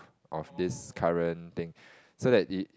of this current thing so that it